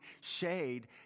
shade